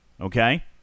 Okay